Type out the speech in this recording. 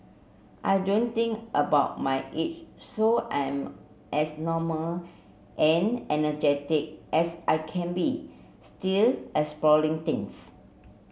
I don't think about my age so I'm as normal and energetic as I can be still exploring things